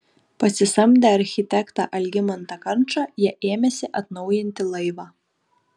pasisamdę architektą algimantą kančą jie ėmėsi atnaujinti laivą